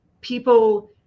people